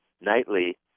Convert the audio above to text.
nightly